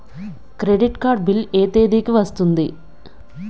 Credit card bill ఎ తేదీ కి వస్తుంది?